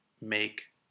make